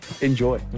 Enjoy